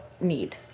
need